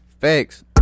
Facts